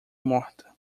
morta